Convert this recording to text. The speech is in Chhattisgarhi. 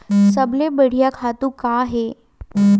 सबले बढ़िया खातु का हे?